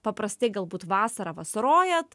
paprastai galbūt vasarą vasarojat